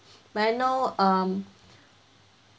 may I know um